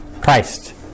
Christ